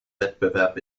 wettbewerb